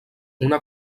una